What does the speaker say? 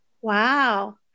Wow